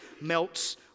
melts